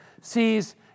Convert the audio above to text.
sees